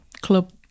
club